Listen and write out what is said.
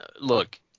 look